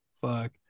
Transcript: Fuck